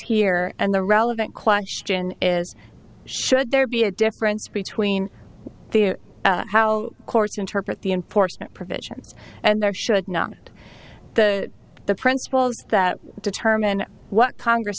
here and the relevant question is should there be a difference between the how courts interpret the enforcement provisions and there should not and the the principles that determine what congress